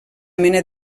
mena